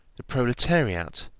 the proletariat,